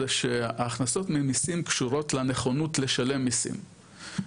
זה שההכנסות ממיסים קשורות לנכונות לשלם מיסים,